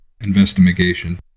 investigation